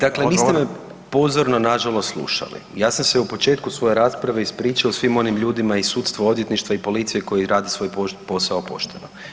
Dakle, niste me pozorno nažalost slušali, ja sam se u početku svoje rasprave ispričao svim onim ljudima iz sudstva, odvjetništva i policije koji rade svoj posao pošteno.